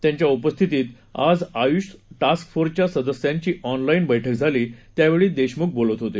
त्यांच्या उपस्थितीत आज आयुष टास्कफोर्सच्या सदस्यांची ऑनलाइन बैठक झाली त्यावेळी देशमुख बोलत होते